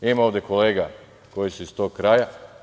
Ima ovde kolega koji su iz tog kraja.